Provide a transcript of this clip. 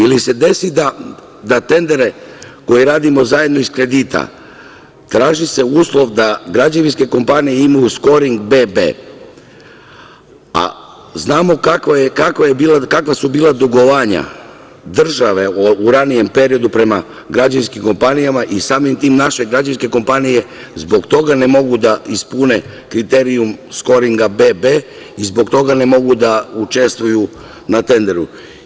Ili, dešava se da tendere koje radimo zajedno iz kredita, traži se uslov da građevinske kompanije imaju skoring BB, a znamo kakva su bila dugovanja države u ranijem periodu prema građevinskim kompanijama i, samim tim, naše građevinske kompanije zbog toga ne mogu da ispune kriterijum skoringa BB i zbog toga ne mogu da učestvuju na tenderu.